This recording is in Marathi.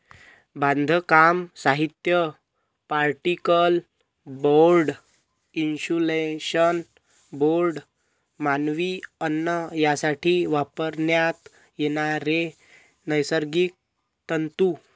बांधकाम साहित्य, पार्टिकल बोर्ड, इन्सुलेशन बोर्ड, मानवी अन्न यासाठी वापरण्यात येणारे नैसर्गिक तंतू